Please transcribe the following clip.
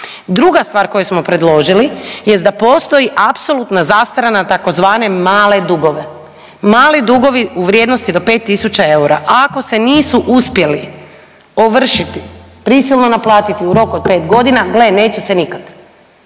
Druga stvar koju smo predložili jest da postoji apsolutna zastara na tzv. male dugove, mali dugovi u vrijednosti do 5.000 eura. Ako se nisu uspjeli ovršiti prisilno naplatiti u roku od pet godina, gle neće se nikad